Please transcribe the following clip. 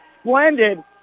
splendid